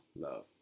love